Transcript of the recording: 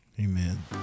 Amen